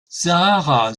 sarah